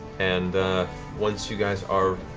and once you guys are